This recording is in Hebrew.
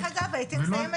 הייתי מסיימת